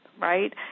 right